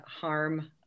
harm